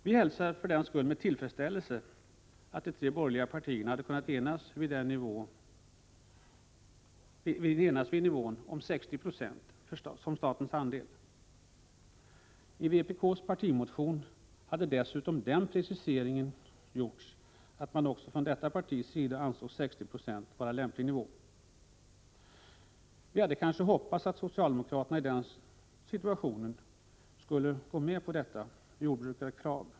Vi hälsar för den skull med tillfredsställelse att de tre borgerliga partierna har kunnat enas vid nivån 60 96 som statens andel. I vpk:s partimotion hade den preciseringen gjorts att man också från det partiets sida ansåg 60 96 vara en lämplig nivå. Vi hade hoppats att socialdemokraterna i den situationen skulle gå med på detta jordbrukarkrav.